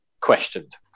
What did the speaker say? questioned